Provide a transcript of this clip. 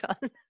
done